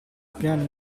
piani